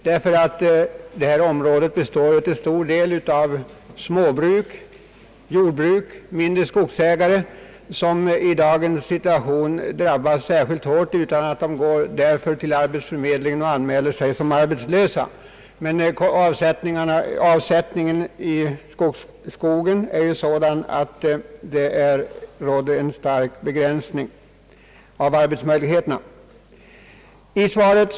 Befolkningen här uppe består ju till stor del av mindre jordbruksoch skogsägare, som drabbas särskilt hårt av dagens situation — utan att de därför går till arbetsförmedlingen och anmäler sig som arbetslösa — genom att avsättningsförhållandena för skogen försämrats med starkt begränsade arbetstillfällen som följd.